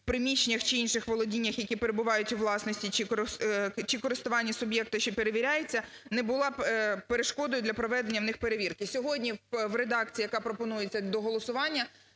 приміщеннях чи інших володіннях, які перебувають у власності чи користуванні суб'єкта, що перевіряється, не була б перешкодою для проведення у них перевірки. Сьогодні в редакції, яка пропонується до голосування,